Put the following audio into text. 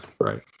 Right